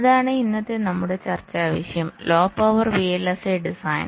അതാണ് ഇന്നത്തെ നമ്മുടെ ചർച്ചയുടെ വിഷയംലോ പവർ VLSI ഡിസൈൻ